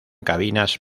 cabinas